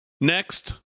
Next